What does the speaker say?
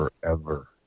forever